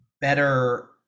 better